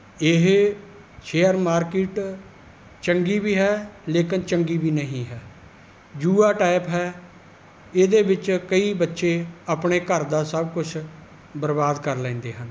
ਇਹ share market ਚੰਗੀ ਵੀ ਹੈ ਲੇਕਿਨ ਚੰਗੀ ਵੀ ਨਹੀਂ ਹੈ ਜੂਆ ਟਾਈਪ ਹੈ ਇਹਦੇ ਵਿੱਚ ਕਈ ਬੱਚੇ ਆਪਣੇ ਘਰ ਦਾ ਸਭ ਕੁਛ ਬਰਬਾਦ ਕਰ ਲੈਂਦੇ ਹਨ